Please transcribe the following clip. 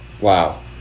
Wow